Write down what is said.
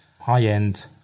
high-end